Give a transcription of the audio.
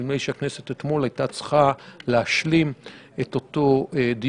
נדמה לי שהכנסת אתמול הייתה צריכה להשלים את אותו דיון,